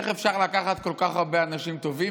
איך אפשר לקחת כל כך הרבה אנשים טובים